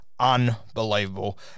Unbelievable